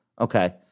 Okay